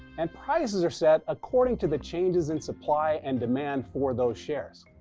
and prices are set according to the changes in supply and demand for those shares.